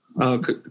Okay